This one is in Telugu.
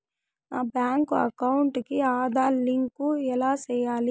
నా బ్యాంకు అకౌంట్ కి ఆధార్ లింకు ఎలా సేయాలి